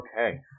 Okay